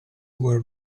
were